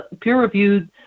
peer-reviewed